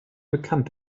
bekannt